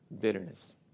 bitterness